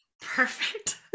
Perfect